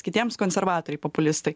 kitiems konservatoriai populistai